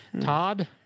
todd